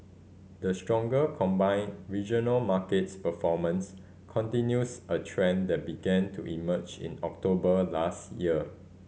the stronger combined regional markets performance continues a trend began to emerge in October last year